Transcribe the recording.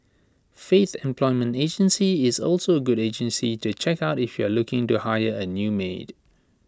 faith employment agency is also A good agency to check out if you are looking to hire A new maid